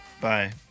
Bye